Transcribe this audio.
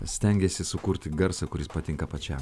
stengiesi sukurti garsą kuris patinka pačiam